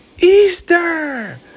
Easter